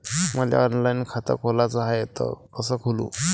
मले ऑनलाईन खातं खोलाचं हाय तर कस खोलू?